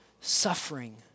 suffering